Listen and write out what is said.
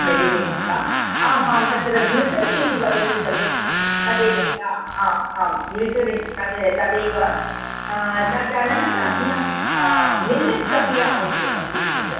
मेडिमिक्स् आमां तत्र ग्लिसरिन् इति वदति खलु तदेव आं हा आं ग्लिसरिन् तद् तदेव तदनन्तरं मिलेट्स् अपि आवश्यकं किञ्चित्